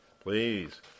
Please